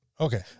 okay